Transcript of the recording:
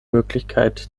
möglichkeit